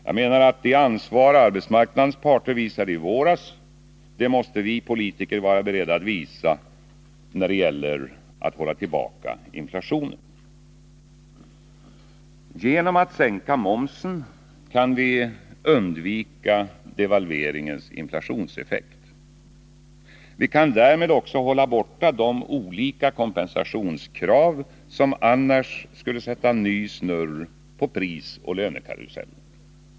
Jag menar att det ansvar arbetsmarknadens parter visade i våras, det måste också vi politiker vara beredda att visa när det gäller att hålla tillbaka inflationen. Genom att sänka momsen kan vi undvika devalveringens inflationseffekt. Vi kan därmed också hålla borta de olika kompensationskrav som annars skulle sätta ny snurr på prisoch lönekarusellen.